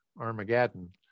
armageddon